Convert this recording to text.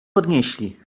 podnieśli